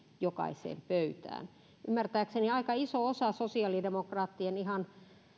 jokaiseen pöytään ymmärtääkseni aika isoa osaa sosiaalidemokraattien ihan